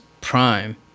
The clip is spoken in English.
prime